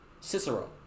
Cicero